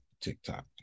TikTok